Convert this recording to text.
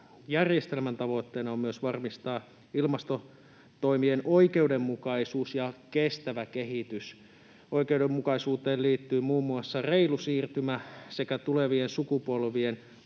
suunnittelujärjestelmän tavoitteena on myös varmistaa ilmastotoimien oikeudenmukaisuus ja kestävä kehitys. Oikeudenmukaisuuteen liittyy muun muassa reilu siirtymä sekä tulevien sukupolvien